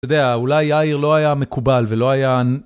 אתה יודע אולי יאיר לא היה מקובל ולא היה...